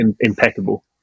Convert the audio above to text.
impeccable